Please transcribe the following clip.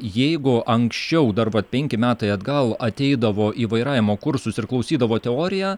jeigu anksčiau dar vat penki metai atgal ateidavo į vairavimo kursus ir klausydavo teoriją